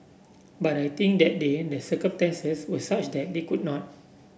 but I think that day the circumstances were such that they could not